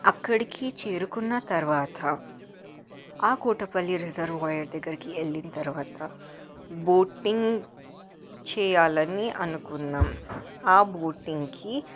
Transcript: అక్కడికి చేరుకున్న తర్వాత ఆకోటపల్లి రిజర్వాయర్ దగ్గరికి వెళ్లిన తర్వాత బోటింగ్ చేయాలని అనుకున్నాం ఆ బోటింగ్కి